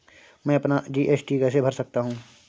मैं अपना जी.एस.टी कैसे भर सकता हूँ?